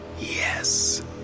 yes